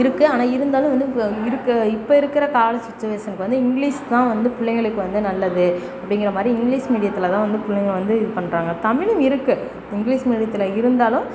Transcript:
இருக்குது ஆனால் இருந்தாலும் வந்து இப்போ இருக்குது இப்போ இருக்கிற கால சுச்சுவேஸனுக்கு வந்து இங்கிலிஸ் தான் வந்து பிள்ளைங்களுக்கு வந்து நல்லது அப்படிங்கற மாதிரி இங்கிலிஸ் மீடியத்தில் தான் வந்து பிள்ளைங்க வந்து இது பண்ணுறாங்க தமிழும் இருக்குது இங்கிலிஸ் மீடியத்தில் இருந்தாலும்